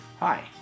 Hi